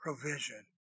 provision